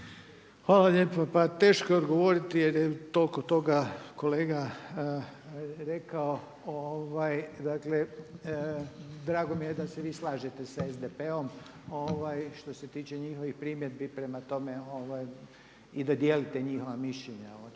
lijepo. Pa teško je odgovoriti jer je toliko toga kolega rekao, dakle drago mi je da se vi slažete sa SDP-om što se tiče njihovih primjedbi prema tome i da dijelite njihova mišljenja očito